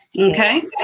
Okay